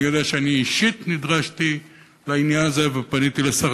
אני יודע שאני אישית נדרשתי לעניין הזה ופניתי אל שר